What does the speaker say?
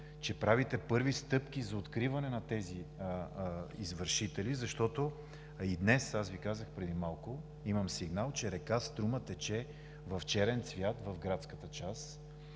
че правите първи стъпки за откриване на тези извършители, защото и днес, аз Ви казах преди малко, имам сигнал, че река Струма тече в черен цвят в градската част